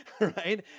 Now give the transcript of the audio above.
right